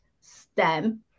STEM